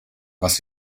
was